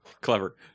Clever